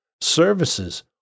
services